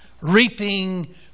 reaping